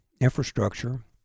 infrastructure